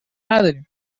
نداریم